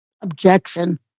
objection